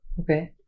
Okay